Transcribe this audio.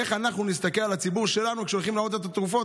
איך אנחנו נסתכל על הציבור שלנו כשהולכים להעלות את התרופות?